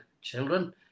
children